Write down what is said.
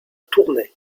tournai